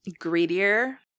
Greedier